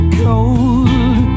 cold